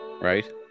right